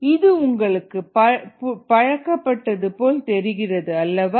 rPvvmSKmS இது உங்களுக்கு பழக்கப்பட்டது போல் தெரிகிறது அல்லவா